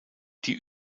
die